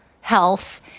health